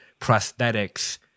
prosthetics